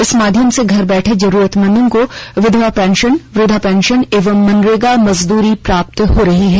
इनके माध्यम से घर बैठे जरुरतमंदों को विधवा पेंशन वृद्वा पेंशन एवं मनरेगा मजदूरी प्राप्त हो रही है